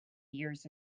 years